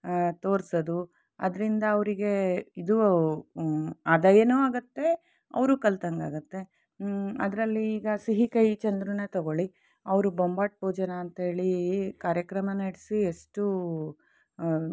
ತೋರಿಸೋದು ಅದರಿಂದ ಅವರಿಗೆ ಇದೂ ಆದಾಯನೂ ಆಗುತ್ತೆ ಅವರೂ ಕಲ್ತಂಗೆ ಆಗತ್ತೆ ಅದರಲ್ಲಿ ಈಗ ಸಿಹಿಕಹಿ ಚಂದ್ರೂನೇ ತಗೊಳ್ಳಿ ಅವರು ಬೊಂಬಾಟ್ ಭೋಜನ ಅಂತೇಳಿ ಕಾರ್ಯಕ್ರಮ ನಡೆಸಿ ಎಷ್ಟು